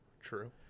True